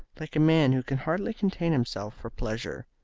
like a man who can hardly contain himself for pleasure.